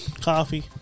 Coffee